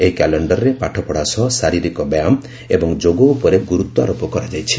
ଏହି କ୍ୟାଲେଣ୍ଡରରେ ପାଠପଢ଼ା ସହ ଶାରୀରିକ ବ୍ୟାୟାମ୍ ଏବଂ ଯୋଗ ଉପରେ ଗୁରୁତ୍ୱାରୋପ କରାଯାଇଛି